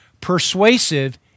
persuasive